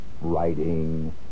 writing